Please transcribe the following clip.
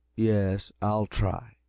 yes, i'll try.